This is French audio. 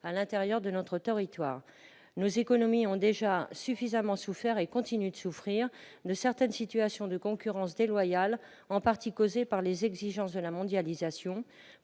à l'intérieur de notre territoire. Nos économies ont déjà suffisamment souffert et continuent suffisamment de souffrir de la concurrence déloyale en partie causée par les exigences de la mondialisation